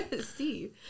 see